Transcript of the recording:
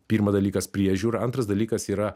pirma dalykas priežiūra antras dalykas yra